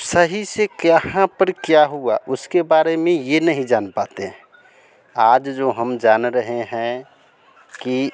सही से कहाँ पर क्या हुआ उसके बारे में यह नहीं जान पाते हैं आज जो हम जान रहे हैं कि